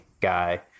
guy